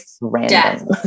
random